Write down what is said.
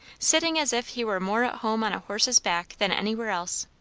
sitting as if he were more at home on a horse's back than anywhere else.